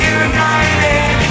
united